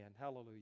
Hallelujah